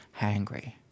hangry